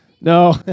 No